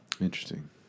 Interesting